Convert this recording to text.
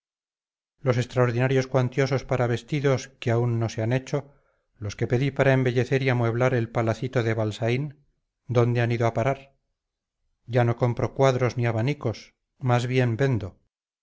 los extraordinarios cuantiosos para vestidos que aún no se han hecho los que pedí para embellecer y amueblar el palacito de balsaín dónde han ido a parar ya no compro cuadros ni abanicos más bien vendo